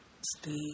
Stay